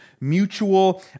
mutual